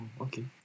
Okay